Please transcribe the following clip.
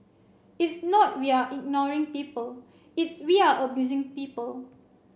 it's not we're ignoring people it's we're abusing people